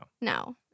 No